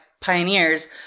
pioneers